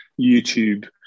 YouTube